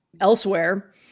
Elsewhere